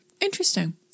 Interesting